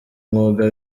mwuga